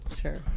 Sure